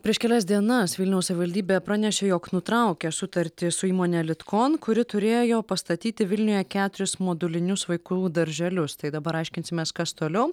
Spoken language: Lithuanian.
prieš kelias dienas vilniaus savivaldybė pranešė jog nutraukia sutartį su įmone litcon kuri turėjo pastatyti vilniuje keturis modulinius vaikų darželius tai dabar aiškinsimės kas toliau